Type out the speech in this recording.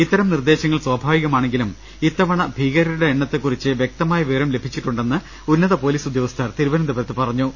ഇത്തരം നിർദ്ദേശങ്ങൾ സ്വാഭാവികമാണെങ്കിലും ഇത്തവണ ഭീകരരുടെ എണ്ണത്തെക്കുറിച്ച് വ്യക്തമായ വിവരം ലഭിച്ചിട്ടുണ്ടെന്ന് ഉന്നത പൊലീസ് ഉദ്യോഗസ്ഥർ തിരുവനന്തപുരത്ത് പറഞ്ഞു